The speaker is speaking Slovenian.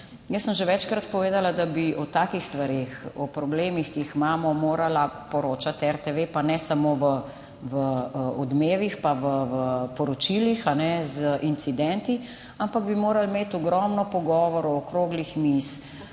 Jaz sem že večkrat povedala, da bi o takih stvareh, o problemih, ki jih imamo, morala poročati RTV, pa ne samo v Odmevih pa v poročilih z incidenti, ampak bi morali imeti ogromno pogovorov, okroglih miz,